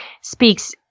speaks